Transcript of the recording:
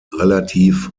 relativ